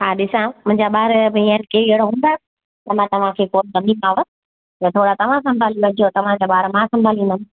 हा ॾिसां मुंहिंजा ॿार बि के अहिड़ा हूंदा त मां तव्हांखे कॉल कंदीमाव त थोरा तव्हां सम्भालजो तव्हांजा ॿार मां सम्भालींदमि